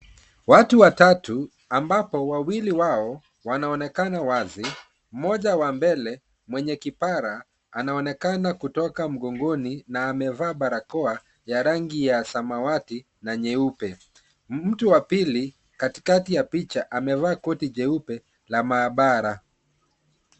Watu watatu ambapo wawili wao wanaonekana wazi. Mmoja wa mbele mwenye kipara anaonekana kutoka mgongoni na amevaa barakoa ya rangi ya samawati na nyeupe . Mtu wa pili katikati ya picha amevaa koti jeupe la maabara.